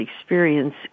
experience